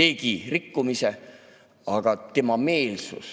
tegi rikkumise, siis tema meelsus